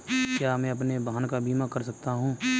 क्या मैं अपने वाहन का बीमा कर सकता हूँ?